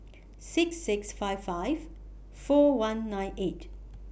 six six five five four one nine eight